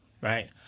right